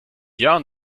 jahren